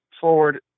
forward